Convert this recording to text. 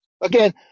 Again